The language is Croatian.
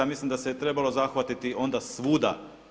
Ja mislim da se je trebalo zahvatiti onda svuda.